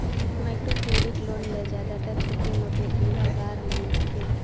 micro credit loan ल जादातर छोटे मोटे धंधा दार मन लेथें